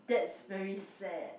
that's very sad